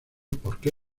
porque